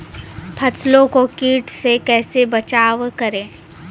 फसलों को कीट से कैसे बचाव करें?